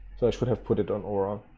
so i should have put it on aura.